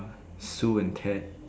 Sue and cat